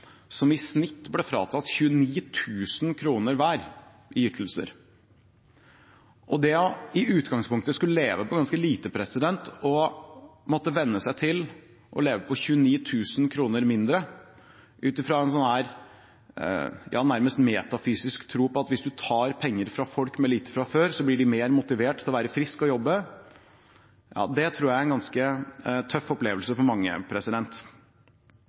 som i snitt ble fratatt 29 000 kr hver i ytelser. Det i utgangspunktet å skulle leve på ganske lite og så måtte venne seg til å leve på 29 000 kr mindre – ut fra en nærmest metafysisk tro på at hvis du tar penger fra folk med lite fra før, blir de mer motivert til å være friske og jobbe –tror jeg er en ganske tøff opplevelse for mange.